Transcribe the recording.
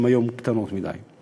שהן היום קטנות מדי.